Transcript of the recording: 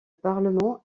parlement